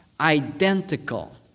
Identical